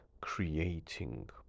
creating